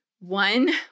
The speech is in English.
one